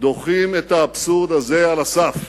דוחים את האבסורד הזה על הסף.